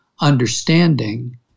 understanding